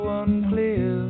unclear